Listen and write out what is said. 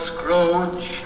Scrooge